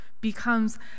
becomes